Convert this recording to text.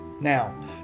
Now